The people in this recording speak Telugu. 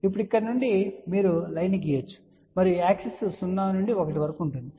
ఇప్పుడు ఇక్కడ నుండి మీరు లైన్ ను గీయవచ్చు మరియు యాక్సిస్ 0 నుండి 1 వరకు ఉంటుంది